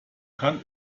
kann